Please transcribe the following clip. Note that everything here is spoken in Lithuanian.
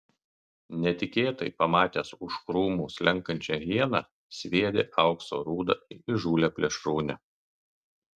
netikėtai pamatęs už krūmų slenkančią hieną sviedė aukso rūdą į įžūlią plėšrūnę